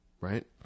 right